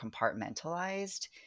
compartmentalized